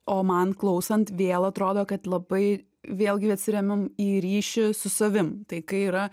o man klausant vėl atrodo kad labai vėlgi atsiremiam į ryšį su savim tai kai yra